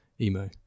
Emo